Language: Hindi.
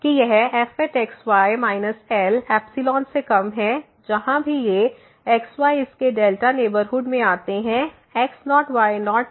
कि यह fx y minus L epsilon से कम है जहां भी ये x y इसके डेल्टा नेबरहुड में आते हैं x नोट y नोट के